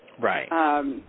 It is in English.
Right